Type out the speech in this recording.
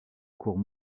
cours